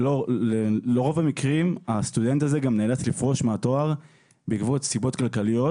ברוב המקרים הסטודנט הזה גם נאלץ לפרוש מהתואר בעקבות סיבות כלכליות,